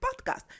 podcast